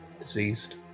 diseased